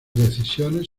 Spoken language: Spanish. decisiones